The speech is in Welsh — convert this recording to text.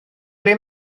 ble